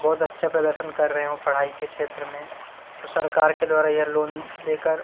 बहुत अच्छा प्रदर्शन कर रहे हों पढ़ाई के क्षेत्र में तो सरकार के द्वारा यह लोन देकर